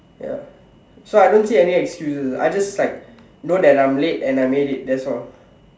ya so I don't see any excuses I just like know that I am late and I made it that's all